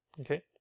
Okay